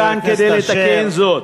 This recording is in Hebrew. לתקן זאת.